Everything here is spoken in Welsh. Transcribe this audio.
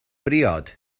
briod